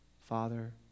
Father